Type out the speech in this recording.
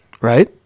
right